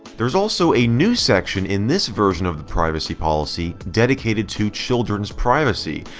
there's also a new section in this version of the privacy policy dedicated to children's privacy,